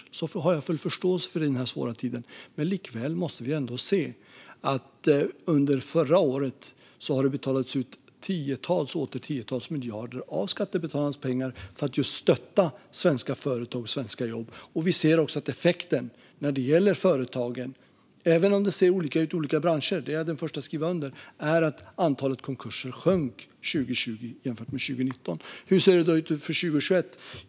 Jag har full förståelse för det i den här svåra tiden, men likväl måste vi se att det under förra året betalades ut tiotals och åter tiotals miljarder av skattebetalarnas pengar för att just stötta svenska företag och svenska jobb. Vi ser också att effekten när det gäller företagen är att antalet konkurser sjönk 2020 jämfört med 2019 - även om det ser olika ut i olika branscher, vilket jag är den första att skriva under på. Hur ser det då ut inför 2021?